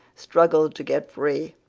struggled to get free,